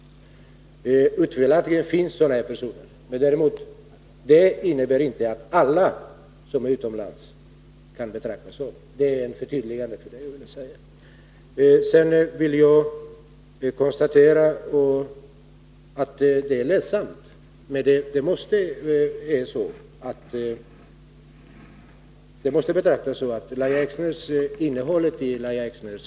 Otvivelaktigt finns det sådana personer, men det innebär inte att alla som är utomlands kan betraktas som sådana. Detta var ett förtydligande av vad jag tidigare sade. Det är ledsamt, men man måste betrakta innehållet i Lahja Exners.